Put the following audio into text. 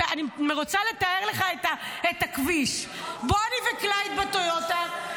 אני רוצה לתאר לך את הכביש: בוני וקלייד בטויוטה,